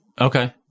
okay